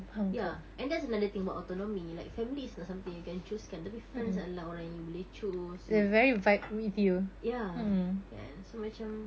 ya and that's another thing about autonomy like family is not something you can choose kan tapi friends adalah orang yang you boleh choose ya kan so macam